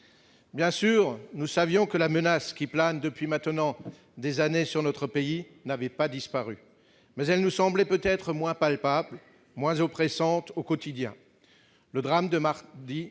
Bien sûr, nous savions que la menace qui plane depuis maintenant des années sur notre pays n'avait pas disparu. Mais elle nous semblait peut-être moins palpable, moins oppressante au quotidien. Le drame de mardi nous